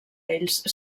ells